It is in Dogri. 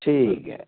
ठीक ऐ